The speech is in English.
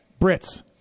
Brits